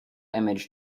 image